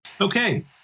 Okay